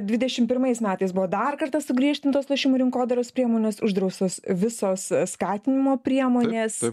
dvidešim pirmais metais buvo dar kartą sugriežtintos lošimų rinkodaros priemonės uždraustos visos skatinimo priemonės